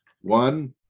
One